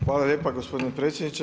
Hvala lijepo gospodine predsjedniče.